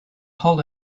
hold